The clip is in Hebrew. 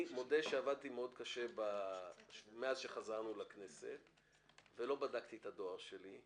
מודה שעבדתי מאוד קשה מאז שחזרנו לכנסת ולא בדקתי את הדואר שלי.